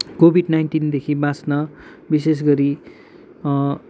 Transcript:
covid नाइन्टिनदेखि बाच्न विशेष गरि